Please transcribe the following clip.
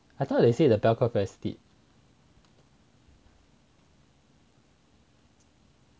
I thought you say the bell curve very steep